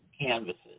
canvases